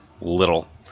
Little